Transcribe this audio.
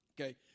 Okay